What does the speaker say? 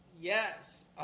Yes